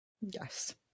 Yes